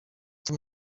tom